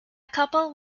couple